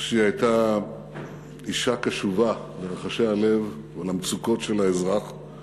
שהייתה אישה קשובה לרחשי הלב ולמצוקות של האזרח,